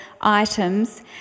items